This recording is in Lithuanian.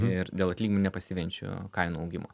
ir dėl atlyginimų nepasivejančių kainų augimo